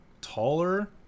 taller